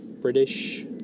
British